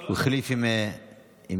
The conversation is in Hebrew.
הוא החליף עם יוליה.